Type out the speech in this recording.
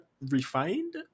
refined